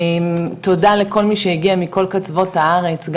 תודה לכל מי שהגיע מכל קצוות הארץ,